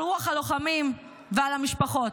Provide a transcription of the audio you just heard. על רוח הלוחמים ועל המשפחות.